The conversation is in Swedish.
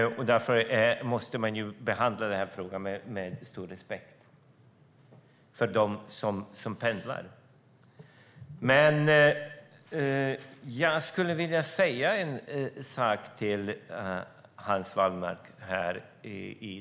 Därför måste man behandla den här frågan med stor respekt för dem som pendlar. Jag skulle vilja säga en sak till Hans Wallmark.